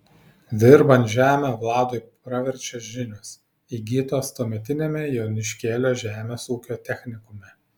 dirbant žemę vladui praverčia žinios įgytos tuometiniame joniškėlio žemės ūkio technikume